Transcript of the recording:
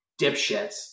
dipshits